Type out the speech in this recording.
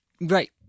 Right